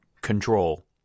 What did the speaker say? control